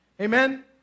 Amen